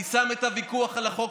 אני שם את הוויכוח על החוק,